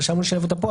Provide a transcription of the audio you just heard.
חשבנו לשלב אותה פה,